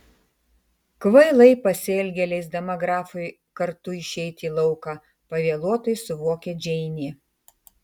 kvailai pasielgė leisdama grafui kartu išeiti į lauką pavėluotai suvokė džeinė